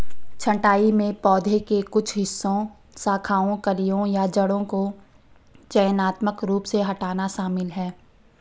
छंटाई में पौधे के कुछ हिस्सों शाखाओं कलियों या जड़ों को चयनात्मक रूप से हटाना शामिल है